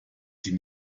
sie